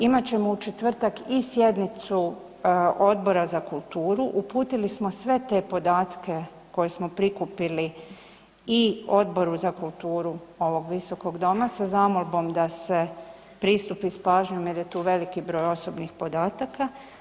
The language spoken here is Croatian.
Imat ćemo u četvrtak i sjednicu Odbora za kulturu, uputili smo sve te podatke koje smo prikupili i Odboru za kulturu ovog visokog doma sa zamolbom da se pristupi s pažnjom jer je tu veliki broj osobnih podataka.